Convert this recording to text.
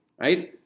right